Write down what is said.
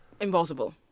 Impossible